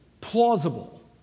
plausible